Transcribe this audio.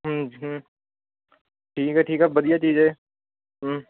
ठीक ऐ ठीक ऐ बधिया चीज ऐ एह्